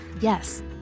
Yes